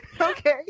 Okay